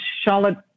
Charlotte